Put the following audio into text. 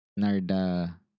Narda